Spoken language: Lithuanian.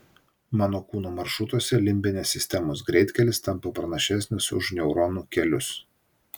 mano kūno maršrutuose limbinės sistemos greitkelis tampa pranašesnis už neuronų kelius